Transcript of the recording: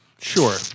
Sure